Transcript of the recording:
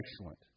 excellent